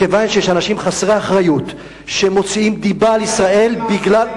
כיוון שיש אנשים חסרי אחריות שמוציאים דיבה על ישראל בגלל,